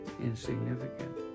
insignificant